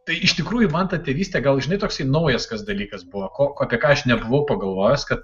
tai iš tikrųjų man ta tėvystė gal žinai toksai naujas kas dalykas buvo ko apie ką aš nebuvau pagalvojęs kad